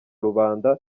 rubanda